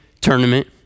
tournament